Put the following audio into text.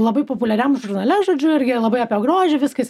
labai populiariam žurnale žodžiu irgi labai apie grožį viskas